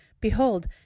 Behold